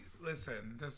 listen